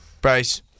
Bryce